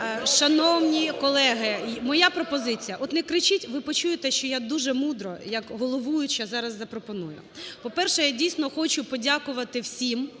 Шановні колеги, моя пропозиція. От не кричіть, ви почуєте, що я дуже мудро як головуюча зараз запропоную. По-перше, я дійсно хочу подякувати всім